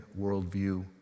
worldview